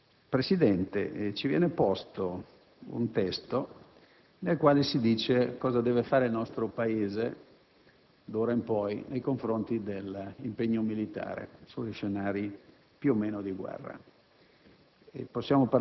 Presidente, ci viene posto un testo nel quale si dice cosa deve fare il nostro Paese d'ora in poi nei confronti dell'impegno militare sugli scenari più o meno di guerra.